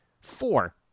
four